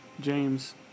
James